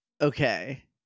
Okay